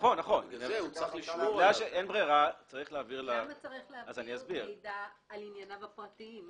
למה צריך להעביר מידע על ענייניו הפרטיים?